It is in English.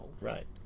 Right